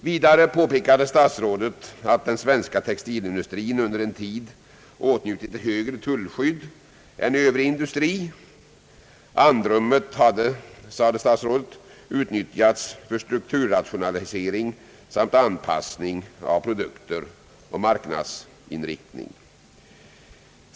Vidare påpekade statsrå det att den svenska textilindustrin under en tid åtnjutit ett högre tullskydd än övrig industri. Andrummet hade, sade statsrådet, utnyttjats för strukturrationalisering samt anpassning av produkter och marknadsinriktning.